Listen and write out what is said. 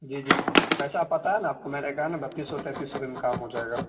جی جی پیسہ پتا ہے نا آپ کو میں نے کہا نا بتیس سو تینتیس سو میں کام ہو جائے گا